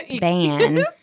ban